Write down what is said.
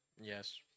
Yes